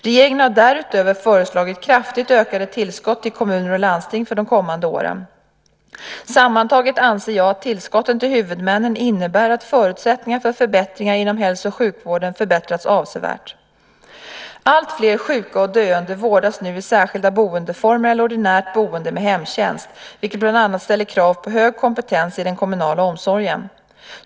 Regeringen har därutöver föreslagit kraftigt ökade tillskott till kommuner och landsting för de kommande åren. Sammantaget anser jag att tillskotten till huvudmännen innebär att förutsättningarna för förbättringar inom hälso och sjukvården stärks avsevärt. Alltfler sjuka och döende vårdas nu i särskilda boendeformer eller i ordinärt boende med hemtjänst, vilket bland annat ställer krav på hög kompetens i den kommunala omsorgen.